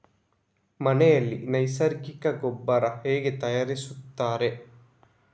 ಮನೆಯಲ್ಲಿ ನೈಸರ್ಗಿಕ ಗೊಬ್ಬರ ಹೇಗೆ ತಯಾರಿಸುತ್ತಾರೆ?